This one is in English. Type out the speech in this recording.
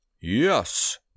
yes